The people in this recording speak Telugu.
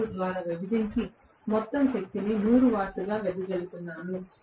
02 ద్వారా విభజించి మొత్తం శక్తిగా 100 వాట్స్ వెదజల్లుతున్నాను